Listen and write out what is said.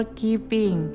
keeping